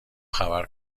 خبر